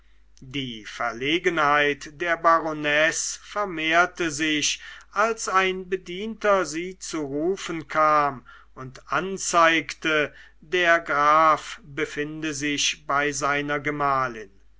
die verlegenheit der baronesse vermehrte sich als ein bedienter sie zu rufen kam und anzeigte der graf befinde sich bei seiner gemahlin